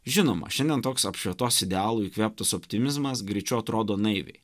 žinoma šiandien toks apšvietos idealų įkvėptas optimizmas greičiau atrodo naiviai